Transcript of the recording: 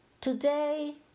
today